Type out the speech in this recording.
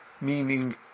Meaning